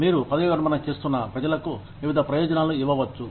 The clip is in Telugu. మీరు పదవీ విరమణ చేస్తున్న ప్రజలకు వివిధ ప్రయోజనాలు ఇవ్వవచ్చు